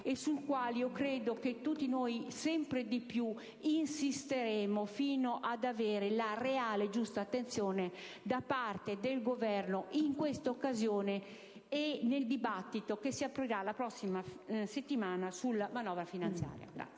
e sul quale credo che tutti noi, sempre di più, insisteremo fintanto che non otterremo la reale, giusta attenzione da parte del Governo in questa occasione e nel dibattito che si aprirà la prossima settimana sulla manovra finanziaria.